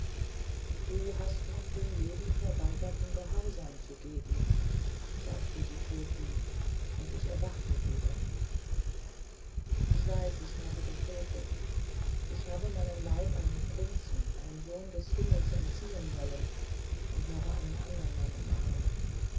du hast noch dem leben verweigerten gehorsam zu geben sagten die toten und ich erwachte wieder ich weiß es ich habe gefrevelt ich habe meinen leib einem prinzen einem sohn des himmels entziehen wollen und habe einen andern mann umarmt